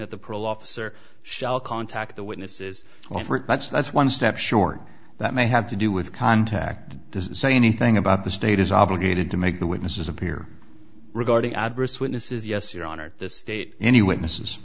that the parole officer shall contact the witnesses that's that's one step short that may have to do with contact this is say anything about the state is obligated to make the witnesses appear regarding adverse witnesses yes your honor the state any witnesses